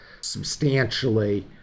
substantially